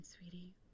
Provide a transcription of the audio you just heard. sweetie